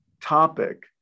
topic